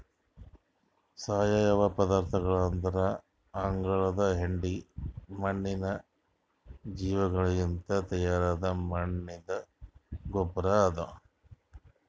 ಸಾವಯವ ಪದಾರ್ಥಗೊಳ್ ಅಂದುರ್ ಆಕುಳದ್ ಹೆಂಡಿ, ಮಣ್ಣಿನ ಜೀವಿಗೊಳಲಿಂತ್ ತೈಯಾರ್ ಮಾಡಿದ್ದ ಗೊಬ್ಬರ್ ಅದಾ